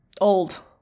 old